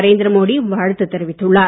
நரேந்திர மோடி வாழ்த்து தெரிவித்துள்ளார்